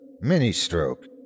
mini-stroke